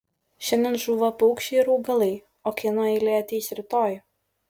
šiandien žūva paukščiai ir augalai o kieno eilė ateis rytoj